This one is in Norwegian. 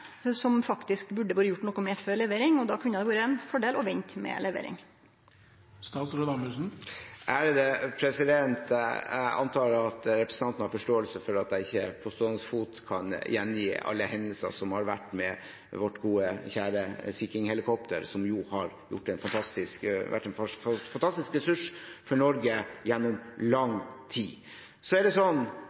som det faktisk burde vore gjort noko med før levering, og då kunne det vore ein fordel å vente med levering. Jeg antar at representanten har forståelse for at jeg ikke på stående fot kan gjengi alle hendelser som har vært med vårt gode, kjære Sea King-helikopter, som jo har vært en fantastisk ressurs for Norge gjennom lang tid. Jeg er